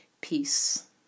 Peace